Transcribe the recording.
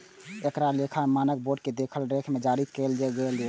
एकरा लेखा मानक बोर्ड के देखरेख मे जारी कैल गेल रहै